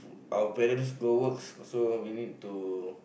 our parents go works also we need to